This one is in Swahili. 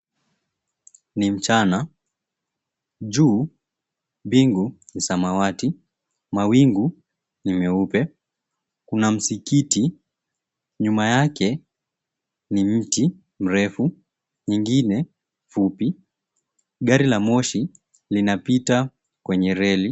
Ni 𝑚𝑐ℎ𝑎𝑛𝑎, juu mbingu ni samawati, mawingu ni 𝑚𝑒𝑢𝑝𝑒, kuna 𝑚𝑠𝑖𝑘𝑖𝑡𝑖, nyuma yake ni mti 𝑚𝑟𝑒𝑓𝑢, ingine fupi, gari la moshi linapita kwenye reli.